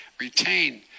retain